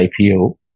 IPO